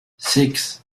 six